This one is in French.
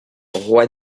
roi